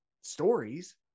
stories